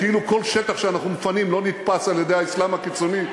כאילו כל שטח שאנחנו מפנים לא נתפס על-ידי האסלאם הקיצוני,